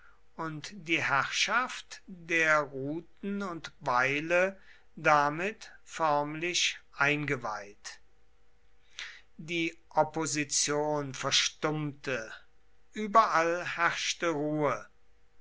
und die herrschaft der ruten und beile damit förmlich eingeweiht die opposition verstummte überall herrschte ruhe